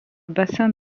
bassin